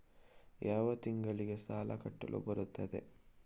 ಯಾವ ತಿಂಗಳಿಗೆ ಸಾಲ ಕಟ್ಟಲು ಬರುತ್ತದೆ?